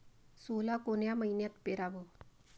सोला कोन्या मइन्यात पेराव?